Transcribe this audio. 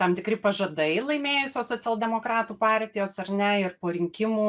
tam tikri pažadai laimėjusios socialdemokratų partijos ar ne ir po rinkimų